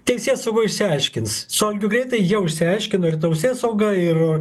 teisėsauga išsiaiškins su algiu greitai jau išsiaiškino ir tausėsauga ir